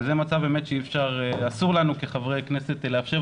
וזה מצב באמת שאסור לנו כחברי כנסת לאפשר,